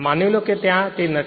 માની લો કે તે ત્યાં નથી